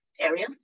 area